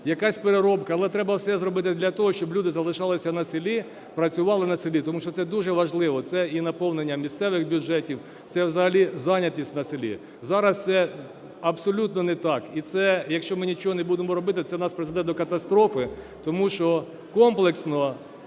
якась переробка, але все треба зробити для того, щоб люди залишалися на селі, працювали на селі, тому що це дуже важливо, це і наповнення місцевих бюджетів, це взагалі зайнятість на селі. Зараз це абсолютно не так. І це, якщо ми нічого не будемо робити, це нас призведе до катастрофи, тому що комплексно